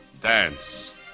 dance